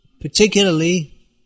particularly